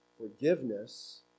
forgiveness